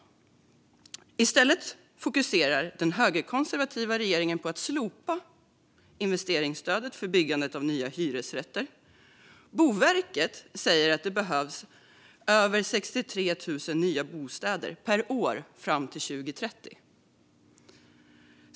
Men i stället fokuserar den högerkonservativa regeringen på att slopa investeringsstödet för byggandet av hyresrätter. Boverket säger att det behövs över 63 000 nya bostäder per år fram till 2030.